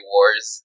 Wars